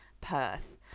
Perth